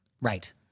Right